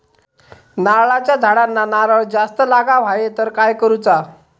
नारळाच्या झाडांना नारळ जास्त लागा व्हाये तर काय करूचा?